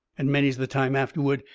and many's the time afterward,